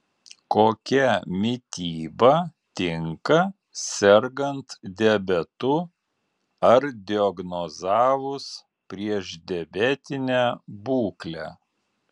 kokia mityba tinka sergant diabetu ar diagnozavus priešdiabetinę būklę